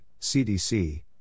CDC